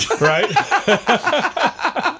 right